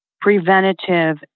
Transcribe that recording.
preventative